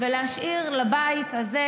לתמוך בהצעת החוק.